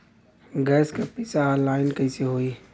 Gas क पैसा online कइसे होई?